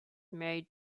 married